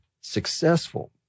successful